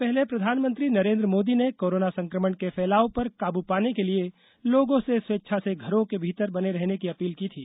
इससे पहले प्रधानमंत्री नरेंद्र मोदी ने कोरोना संक्रमण के फैलाव पर काबू पाने के लिए लोगों से स्वेच्छा से घरों के भीतर बने रहने की अपील की थी